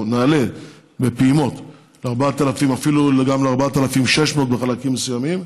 או נעלה בפעימות ל-4,000 שקלים ואפילו ל-4,600 בחלקים מסוימים,